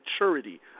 maturity